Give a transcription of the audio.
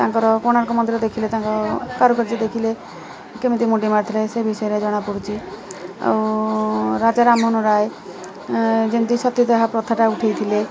ତାଙ୍କର କୋଣାର୍କ ମନ୍ଦିର ଦେଖିଲେ ତାଙ୍କ କାରୁକାର୍ଯ୍ୟ ଦେଖିଲେ କେମିତି ମୁଣ୍ଡି ମାରିଥିଲେ ସେ ବିଷୟରେ ଜଣାପଡ଼ୁଛି ଆଉ ରାଜା ରାମମୋହନ ରାୟ ଯେମିତି ସତୀଦାହା ପ୍ରଥାଟା ଉଠାଇଥିଲେ